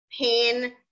pain